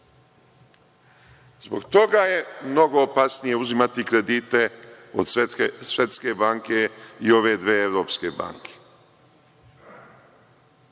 Zbog toga je mnogo opasnije uzimati kredite od Svetske banke i ove dve evropske banke. Ugovor